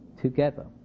together